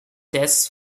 tests